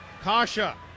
Kasha